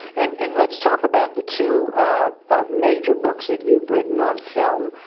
and and let's talk about the two ah major books that you've written on film.